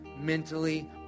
mentally